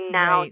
now